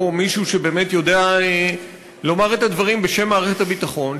או מישהו שבאמת יודע לומר את הדברים בשם מערכת הביטחון,